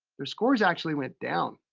their scores actually went down.